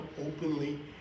openly